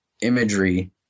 imagery